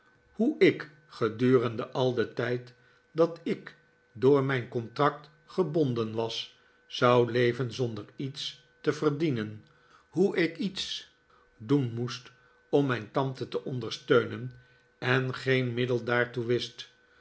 hoe ik gedurende al den tijd dat ik door mijn contract gebonden was zou leven zonder iets te verdienen hoe ik iets doen moest om mijn tante te ondersteunen en geen middel daartoe wist